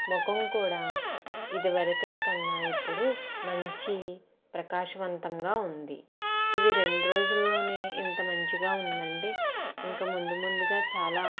మఖం కూడా ఇతివరకటికన్నా ఇప్పుడు మంచి ప్రకాశవంతంగా ఉంది ఇది రెండు రోజుల్లోనే ఇంత మంచిగా ఉందంటే ఇంకా ముందు ముందుగా చాలా